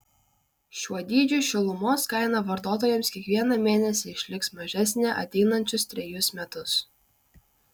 šiuo dydžiu šilumos kaina vartotojams kiekvieną mėnesį išliks mažesnė ateinančius trejus metus